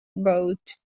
boat